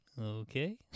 okay